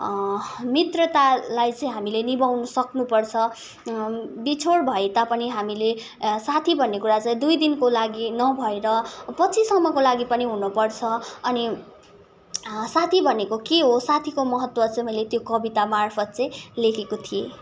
मित्रतालाई चाहिँ हामीले निभाउनु सक्नुपर्छ बिछोड भए तापनि हामीले साथी भन्ने कुरा चाहिँ दुई दिनको लागि नभएर पछिसम्मको लागि पनि हुनुपर्छ अनि साथी भनेको के हो साथीको महत्तव चाहिँ मैले त्यो कविता मार्फत चाहिँ लेखेको थिए